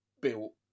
built